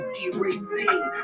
erasing